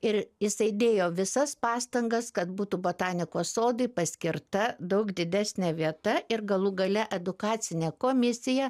ir jisai dėjo visas pastangas kad būtų botanikos sodui paskirta daug didesnė vieta ir galų gale edukacinė komisija